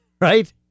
Right